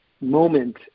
moment